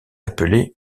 appelé